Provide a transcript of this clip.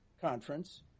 conference